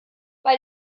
bei